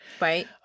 Right